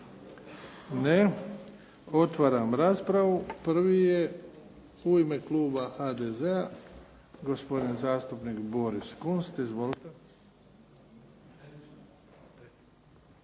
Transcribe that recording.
Ne. Otvaram raspravu. Prvi je u ime kluba HDZ-a gospodin zastupnik Boris Kunst. Izvolite.